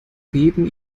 weben